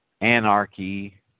anarchy